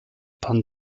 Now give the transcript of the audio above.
pan